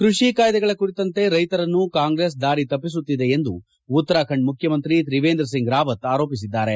ಕೃಷಿ ಕಾಯ್ದೆಗಳ ಕುರಿತಂತೆ ರೈತರನ್ನು ಕಾಂಗ್ರೆಸ್ ದಾರಿ ತಪ್ಪಿಸುತ್ತಿದೆ ಎಂದು ಉತ್ತರಾಖಂಡ್ ಮುಖ್ಯಮಂತ್ರಿ ತ್ರಿವೇಂದ್ರಸಿಂಗ್ ರಾವತ್ ಆರೋಪಿಸಿದ್ದಾರೆ